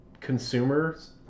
consumers